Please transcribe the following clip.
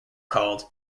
called